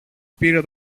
πήρε